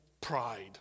pride